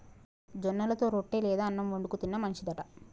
జొన్నలతో రొట్టె లేదా అన్నం వండుకు తిన్న మంచిది అంట